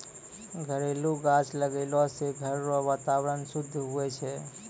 घरेलू गाछ लगैलो से घर रो वातावरण शुद्ध हुवै छै